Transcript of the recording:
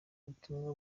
ubutumwa